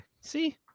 See